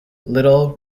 little